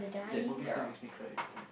that movie still makes me cry every time